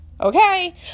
Okay